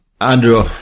Andrew